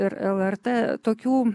ir lrt tokių